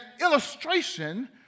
illustration